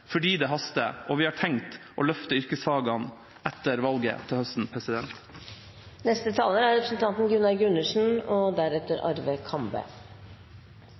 fordi det haster, og vi har tenkt å løfte yrkesfagene etter valget til høsten. I mer enn 30 år har jeg og